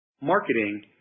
marketing